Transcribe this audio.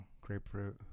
grapefruit